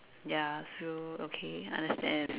ya so okay understand